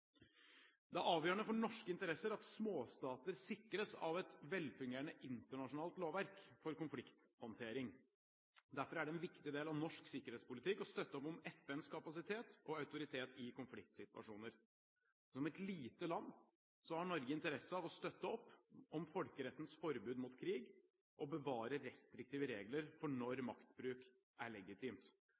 Det er avgjørende for norske interesser at småstater sikres av et velfungerende internasjonalt lovverk for konflikthåndtering. Derfor er det en viktig del av norsk sikkerhetspolitikk å støtte opp om FNs kapasitet og autoritet i konfliktsituasjoner. Som et lite land har Norge interesse av å støtte opp om folkerettens forbud mot krig og bevare restriktive regler for når maktbruk er legitimt.